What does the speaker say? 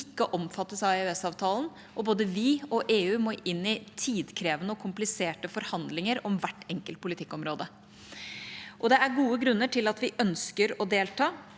ikke omfattes av EØS-avtalen, og både vi og EU må inn i tidkrevende og kompliserte forhandlinger om hvert enkelt politikkområde. Det er gode grunner til at vi ønsker å delta,